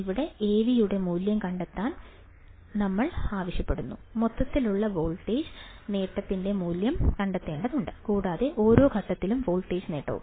ഇവിടെ Avയുടെ മൂല്യം കണ്ടെത്താൻ ഞങ്ങൾ ആവശ്യപ്പെടുന്നു മൊത്തത്തിലുള്ള വോൾട്ടേജ് നേട്ടത്തിന്റെ മൂല്യം കണ്ടെത്തേണ്ടതുണ്ട് കൂടാതെ ഓരോ ഘട്ടത്തിനും വോൾട്ടേജ് നേട്ടവും